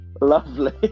lovely